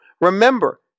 Remember